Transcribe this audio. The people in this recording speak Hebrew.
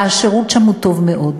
והשירות שם הוא טוב מאוד.